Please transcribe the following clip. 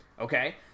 Okay